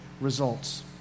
results